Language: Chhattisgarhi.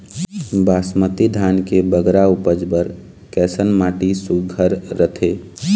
बासमती धान के बगरा उपज बर कैसन माटी सुघ्घर रथे?